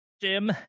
Jim